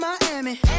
Miami